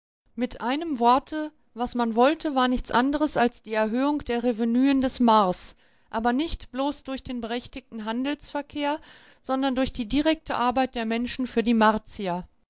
mit einem worte was man wollte war nichts anderes als die erhöhung der revenuen des mars aber nicht bloß durch den berechtigten handelsverkehr sondern durch die direkte arbeit der menschen für die martier